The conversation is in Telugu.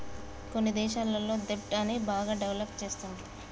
కొన్ని దేశాలల్ల దెబ్ట్ ని బాగా డెవలప్ చేస్తుండ్రు